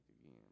again